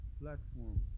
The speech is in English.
platform